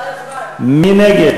מי בעד?